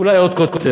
אולי עוד כותרת,